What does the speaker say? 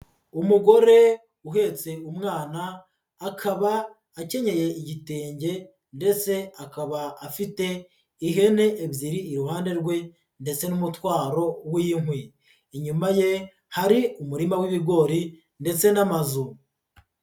Umugore uhetse umwana, akaba akenyeye igitenge ndetse akaba afite ihene ebyiri iruhande rwe ndetse n'umutwaro w'inkwi. Inyuma ye, hari umurima w'ibigori ndetse n'amazu.